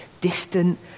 distant